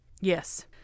Yes